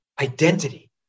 identity